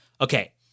Okay